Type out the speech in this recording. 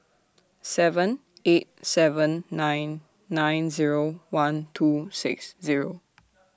seven eight seven nine nine Zero one two six Zero